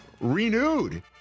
renewed